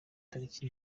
tariki